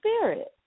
spirit